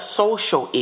social